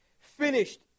finished